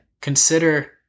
consider